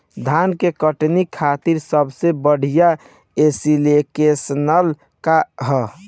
धान के कटनी खातिर सबसे बढ़िया ऐप्लिकेशनका ह?